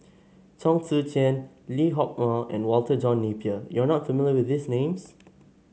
Chong Tze Chien Lee Hock Moh and Walter John Napier you are not familiar with these names